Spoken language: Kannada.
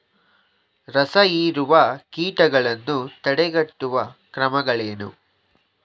ರಸಹೀರುವ ಕೀಟಗಳನ್ನು ತಡೆಗಟ್ಟುವ ಕ್ರಮಗಳೇನು?